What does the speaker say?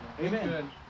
Amen